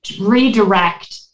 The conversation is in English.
redirect